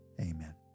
Amen